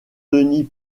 denis